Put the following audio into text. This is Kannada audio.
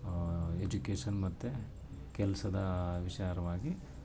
ಎಜುಕೇಶನ್ ಮತ್ತು ಕೆಲಸದಾ ವಿಚಾರ್ವಾಗಿ